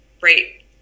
right